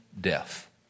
death